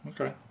okay